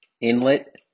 Inlet